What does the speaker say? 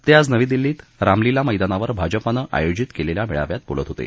ते आज नवी दिल्ली इथं रामलीला मैदानावर भाजपानं आयोजित केलेल्या मेळाव्यात बोलत होते